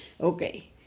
Okay